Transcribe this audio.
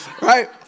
Right